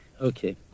Okay